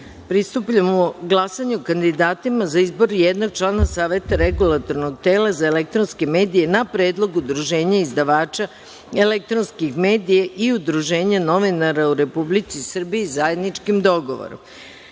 Cvejića. Pristupamo glasanju o kandidatima za izbor jednog člana Saveta Regulatornog tela za elektronske medije na predlog udruženja izdavača elektronskih medija i udruženja novinara u Republici Srbiji, zajedničkim dogovorom. Kandidati